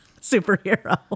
superhero